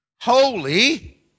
holy